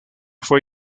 fue